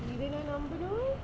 இத நா நம்பனு:itha naa nambanu